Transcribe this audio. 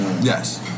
Yes